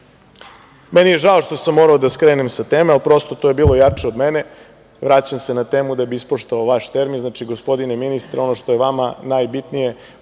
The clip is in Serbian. mi je što sam morao da skrenem sa teme, ali to je bilo jače od mene. Vraćam se na temu da bih ispoštovao vaš termin. Gospodine ministre, ono što vam je najbitnije,